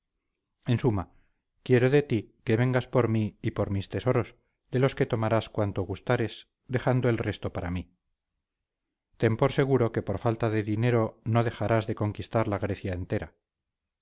en suma quiero de ti que vengas por mí y por mis tesoros de los que tomarás cuanto gustares dejando el resto para mí ten por seguro que por falta de dinero no dejarás de conquistar la grecia entera